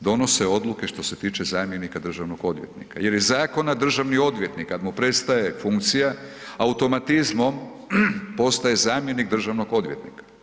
donose odluke što se tiče zamjenika državnog odvjetnika jer je zakon da državni odvjetnik kad mu prestaje funkcija automatizmom postaje zamjenik državnog odvjetnika.